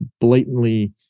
blatantly